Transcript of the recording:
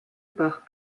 par